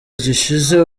gishize